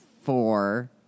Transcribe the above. Four